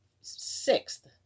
sixth